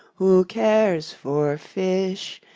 who cares for fish,